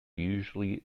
usually